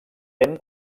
ben